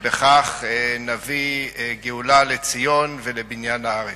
ובכך נביא גאולה לציון ולבניין הארץ.